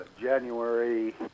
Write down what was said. January